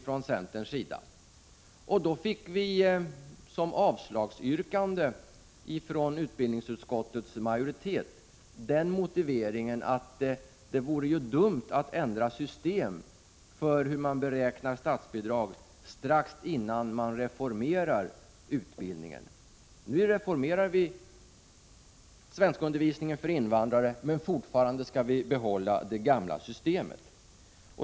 Utskottsmajoriteten motiverade då sitt avstyrkande med att det vore dumt att ändra systemet för hur man skall beräkna statsbidragen alldeles innan utbildningen skall reformeras. Nu reformerar vi svenskundervisningen för invandrare, men fortfarande anses det att vi skall behålla det gamla systemet.